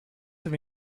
have